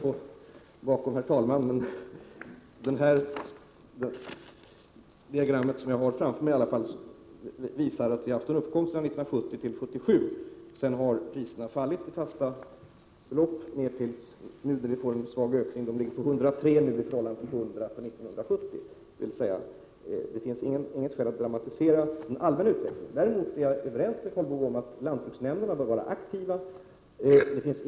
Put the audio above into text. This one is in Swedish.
Jag har framför mig ett diagram som visar att vi hade en prisuppgång mellan 1970 och 1977, varefter priserna fallit i fast penningvärde fram tills nu, då vi fått en svag ökning. Jämförelsetalet är för dagen 103 i förhållande till 100 för 1970. Det finns alltså inget skäl att dramatisera den allmänna utvecklingen. Däremot är jag överens med Karl Boo om att lantbruksnämnderna bör vara aktiva.